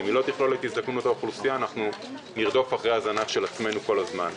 אם לא, אנחנו נרדוף אחרי הזנב של עצמנו כל הזמן.